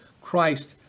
Christ